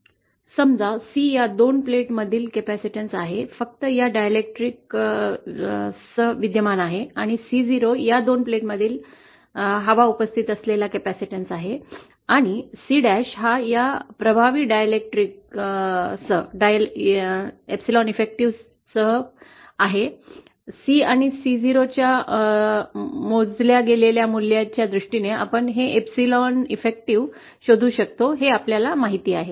समजा C या दोन प्लेट्समधील कॅपेसिटन्स आहे फक्त या डायइलेक्ट्रिक्स विद्यमान आहे आणि C0 या दोन प्लेट्समध्ये हवा उपस्थित असलेल्या कॅपेसिटन्स आहे आणि C' हा या प्रभावी डायलेक्ट्रिकसह डायलेक्ट्रिक सामग्रीसह 𝝐 प्रभावी आहे C आणि C0 च्या मोजल्या गेलेल्या मूल्याच्या दृष्टीने आपण हे 𝝐 प्रभावी शोधू शकतो हे आपल्याला माहित आहे